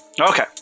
Okay